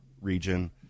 region